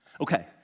Okay